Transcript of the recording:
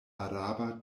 araba